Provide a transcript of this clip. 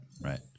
right